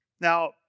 Now